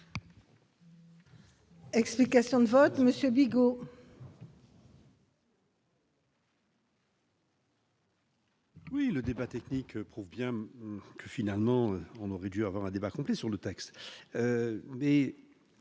Explications de vote Monsieur Bigot. Oui, le débat technique prouve bien que finalement on aurait dû avoir un débat complet sur le texte, mais